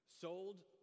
sold